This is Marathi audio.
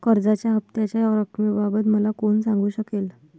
कर्जाच्या हफ्त्याच्या रक्कमेबाबत मला कोण सांगू शकेल?